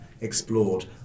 explored